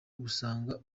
gusanga